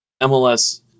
MLS